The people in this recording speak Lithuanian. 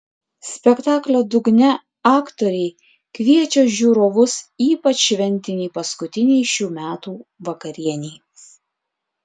spektaklio dugne aktoriai kviečia žiūrovus ypač šventinei paskutinei šių metų vakarienei